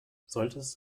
solltest